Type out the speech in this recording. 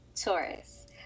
Taurus